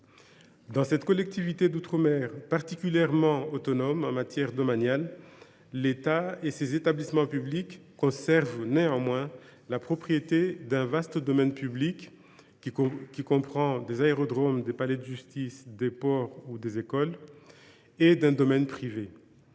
Dans cette collectivité d’outre mer particulièrement autonome en matière domaniale, l’État et ses établissements publics conservent néanmoins la propriété d’un vaste domaine public, qui comprend des aérodromes, des palais de justice, des ports ou des écoles, et d’un domaine privé.